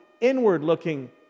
inward-looking